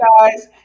guys